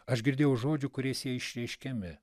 aš girdėjau žodžių kuriais jie išreiškiami